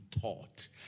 taught